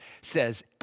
says